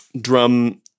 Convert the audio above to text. drum